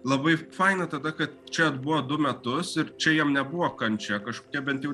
labai faina tada kad čia atbuvo du metus ir čia jam nebuvo kančia kažkokia bent jau